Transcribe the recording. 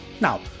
Now